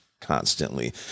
constantly